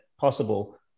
possible